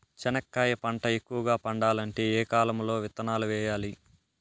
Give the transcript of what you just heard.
చెనక్కాయ పంట ఎక్కువగా పండాలంటే ఏ కాలము లో విత్తనాలు వేయాలి?